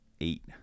Eight